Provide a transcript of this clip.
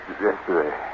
yesterday